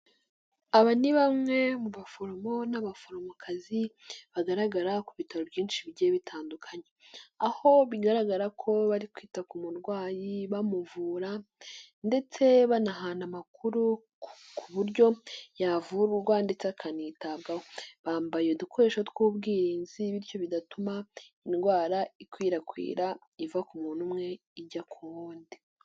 Aba ni bamwe mu baforomo n'abaforomokazi bagaragara ku bitaro byinshi bigiye bitandukanye, aho bigaragara ko bari kwita ku murwayi bamuvura, ndetse banahana amakuru ku buryo yavurwa ndetse akanitabwaho, bambaye udukoresho tw'ubwirinzi bityo bidatuma indwara ikwirakwira iva ku muntu umwe ijya ku wundi.